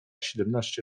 siedemnaście